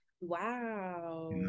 Wow